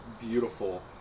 beautiful